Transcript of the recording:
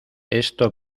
esto